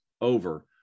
over